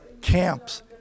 camps